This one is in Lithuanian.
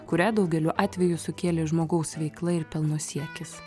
kurią daugeliu atveju sukėlė žmogaus veikla ir pelno siekis